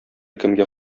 кемгә